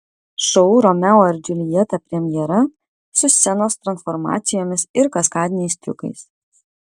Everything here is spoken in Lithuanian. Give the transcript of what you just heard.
šou romeo ir džiuljeta premjera su scenos transformacijomis ir kaskadiniais triukais